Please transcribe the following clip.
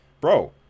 Bro